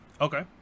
Okay